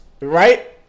Right